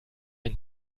ein